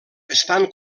estan